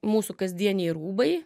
mūsų kasdieniai rūbai